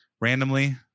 randomly